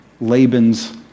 Laban's